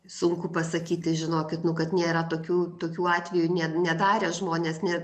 sunku pasakyti žinokit nu kad nėra tokių tokių atvejų ne nedarę žmonės ne